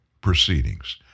proceedings